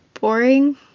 boring